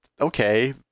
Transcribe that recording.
Okay